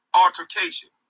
altercation